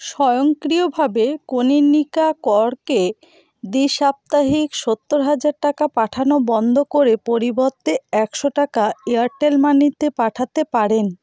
স্বয়ংক্রিয়ভাবে কনীনিকা করকে দ্বি সাপ্তাহিক সত্তর হাজার টাকা পাঠানো বন্ধ করে পরিবর্তে একশো টাকা এয়ারটেল মানিতে পাঠাতে পারেন